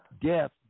death